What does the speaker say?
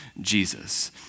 Jesus